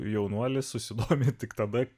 jaunuolis susidomi tik tada